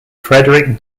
frederick